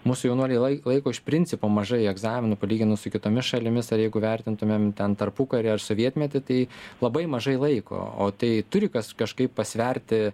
mūsų jaunuoliai lai laiko iš principo mažai egzaminų palyginus su kitomis šalimis ar jeigu vertintumėm ten tarpukarį ar sovietmetį tai labai mažai laiko o tai turi kas kažkaip pasverti